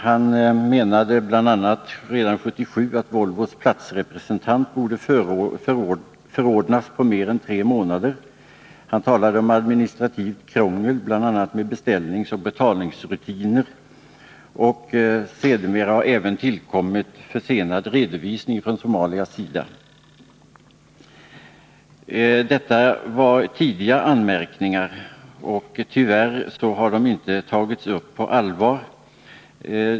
Han menade redan 1977 att Volvos platsrepresentanter borde förordnas på mer än tre månader och talade om administrativt krångel, bl.a. med beställningsoch betalningsrutiner. Sedermera har även tillkommit försenad redovisning från Somalias sida. Detta var tidiga anmärkningar, som tyvärr inte har tagits på allvar.